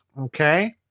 okay